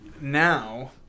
Now